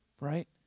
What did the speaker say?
right